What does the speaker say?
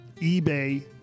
eBay